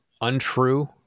untrue